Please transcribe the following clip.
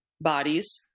bodies